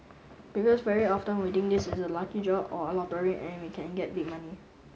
because very often we think this is a lucky draw or a lottery and we can get big money